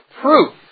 proof